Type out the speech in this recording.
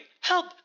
Help